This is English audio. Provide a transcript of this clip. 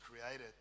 created